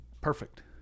perfect